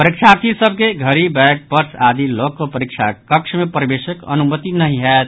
परीक्षार्थी सभ के घड़ी बैग पर्स आदि लऽ कऽ परीक्षा कक्ष मे प्रवेशक अनुमति नहि होयत